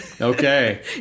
Okay